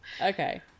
Okay